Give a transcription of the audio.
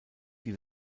die